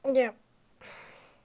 yup